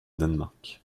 danemark